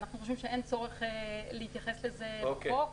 אנחנו חושבים שאין צורך להתייחס לזה בחוק,